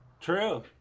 True